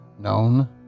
known